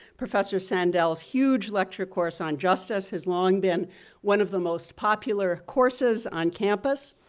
professor sandel's huge lecture course on justice has long been one of the most popular courses on campus.